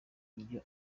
iyi